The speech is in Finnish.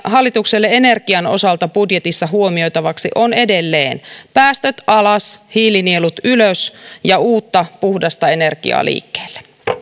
hallitukselle energian osalta budjetissa huomioitavaksi on edelleen päästöt alas hiilinielut ylös ja uutta puhdasta energiaa liikkeelle